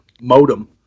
modem